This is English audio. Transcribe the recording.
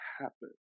happen